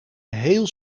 heel